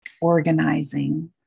Organizing